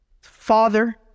Father